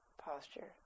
Posture